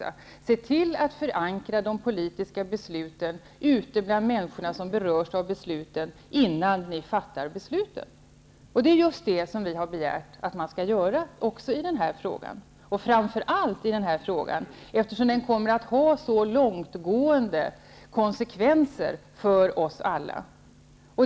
Se till att förankra de politiska besluten hos människorna som berörs av besluten, innan besluten fattas! Det är just det som vi har begärt skall göras framför allt i denna fråga eftersom den kommer att ha så långtgående konsekvenser för oss alla.